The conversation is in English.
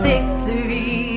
Victory